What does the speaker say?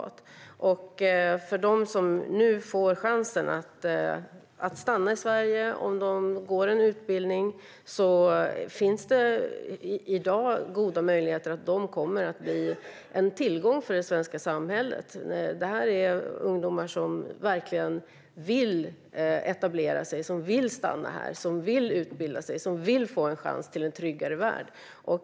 Det finns i dag goda möjligheter till att de som nu får chansen att stanna i Sverige om de går en utbildning kommer att bli en tillgång för det svenska samhället. Det här är ungdomar som verkligen vill etablera sig, vill stanna här, vill utbilda sig och vill få en chans till en tryggare värld.